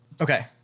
Okay